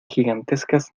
gigantescas